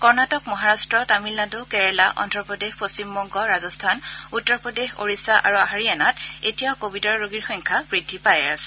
কৰ্ণাটক মহাৰাট্ট তামিলনাডু কেৰালা অদ্ধপ্ৰদেশ পশ্চিমবংগ ৰাজস্থান উত্তৰ প্ৰদেশ ওড়িশা আৰু হাৰিয়ানাত এতিয়াও কোৱিডৰ ৰোগীৰ সংখ্যা বৃদ্ধি পাইয়ে আছে